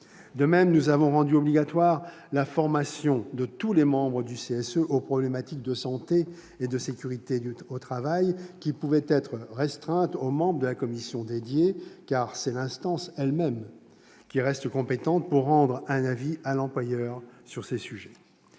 De même, nous avons rendu obligatoire la formation de tous les membres du CSE aux problématiques de santé et de sécurité au travail, formation qui pouvait être restreinte aux membres de la commission dédiée, car c'est l'instance elle-même qui reste compétente pour rendre un avis à l'employeur sur ces sujets.